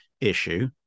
issue